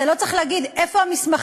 אתה לא צריך להגיד: איפה המסמכים?